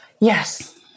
Yes